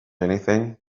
anything